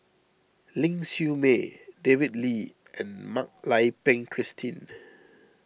Ling Siew May David Lee and Mak Lai Peng Christine